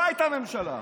לא הייתה ממשלה.